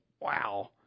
wow